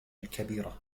الكبير